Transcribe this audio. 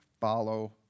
follow